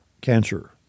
cancer